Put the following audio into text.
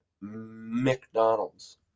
McDonald's